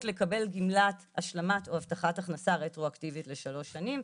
לקבל גמלת השלמה או הבטחת הכנסה רטרואקטיבית לשלוש שנים,